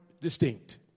distinct